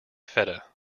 feta